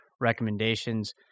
recommendations